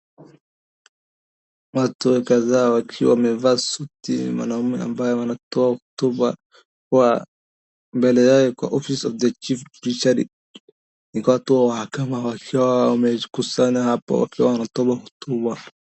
Watu kadhaa wakiwa wamevaa suti, mwanaume ambaye anatoa hotuba kwa mbele yao iko Office of the Chief Judiciary , inatoa kama wakiwa wamekusanya hapo wakiwa wanatoa hotuba.